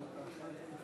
לתיקון תקנון הכנסת,